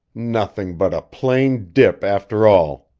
nothing but a plain dip, after all!